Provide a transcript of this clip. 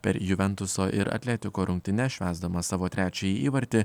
per juventuso ir atletiko rungtynes švęsdamas savo trečiąjį įvartį